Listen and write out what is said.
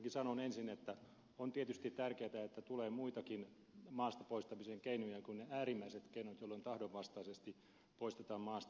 kuitenkin sanon ensin että on tietysti tärkeätä että tulee muitakin maasta poistamisen keinoja kuin ne äärimmäiset keinot joilla tahdon vastaisesti poistetaan maasta